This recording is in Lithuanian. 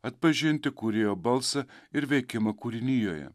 atpažinti kūrėjo balsą ir veikimą kūrinijoje